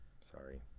sorry